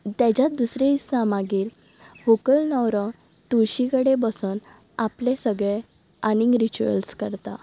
तेज्यात दुसरे दिसा मागीर व्हंकल नवरो तुळशी कडेन बसोन आपलें सगळें आनींग रिच्वेल्स करतात